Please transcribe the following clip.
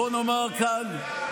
בוא נאמר כאן.